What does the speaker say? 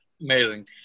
Amazing